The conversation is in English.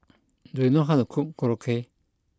do you know how to cook Korokke